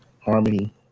harmony